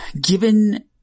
given